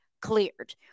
cleared